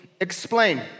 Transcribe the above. explain